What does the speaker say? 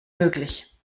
möglich